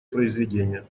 произведения